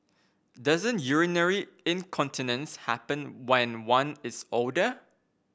doesn't urinary incontinence happen when one is older